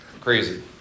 Crazy